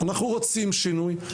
אנחנו רוצים שינוי,